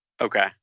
Okay